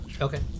Okay